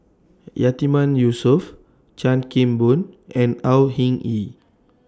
Yatiman Yusof Chan Kim Boon and Au Hing Yee